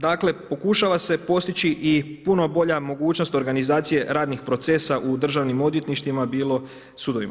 Dakle, pokušava se postići i puno bolja mogućnost organizacije radnih procesa u državnim odvjetništvima bilo sudovima.